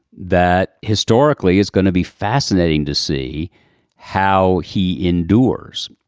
that historically is going to be fascinating to see how he endures.